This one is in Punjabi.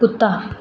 ਕੁੱਤਾ